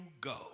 go